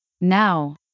Now